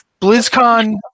BlizzCon